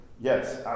Yes